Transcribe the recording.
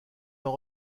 n’en